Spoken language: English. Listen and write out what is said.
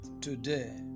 today